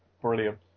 brilliant